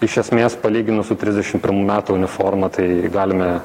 iš esmės palyginus su trisdešim pirmų metų uniforma tai galime